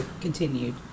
continued